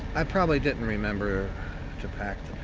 i probably didn't remember to pack the